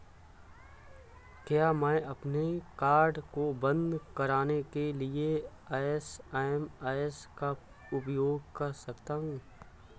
क्या मैं अपने कार्ड को बंद कराने के लिए एस.एम.एस का उपयोग कर सकता हूँ?